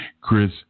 Chris